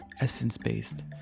essence-based